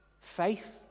Faith